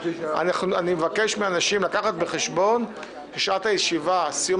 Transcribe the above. אני מבקש מאנשים להביא בחשבון ששעת סיום